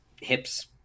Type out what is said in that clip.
hips